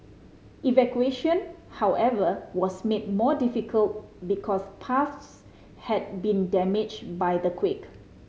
evacuation however was made more difficult because paths had been damaged by the quake